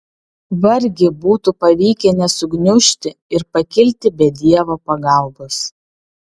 vargiai būtų pavykę nesugniužti ir pakilti be dievo pagalbos